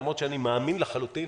למרותש אני מאמין לחלוטין